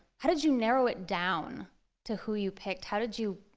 how did you narrow it down to who you picked? how did you